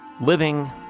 living